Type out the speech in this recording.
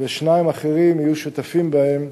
ושניים אחרים יהיו שותפים בהם,